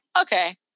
okay